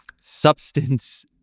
substance